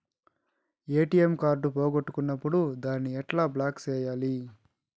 ATM card పోగొట్టుకున్నప్పుడు దాన్ని ఎట్లా బ్లాక్ సేయాలి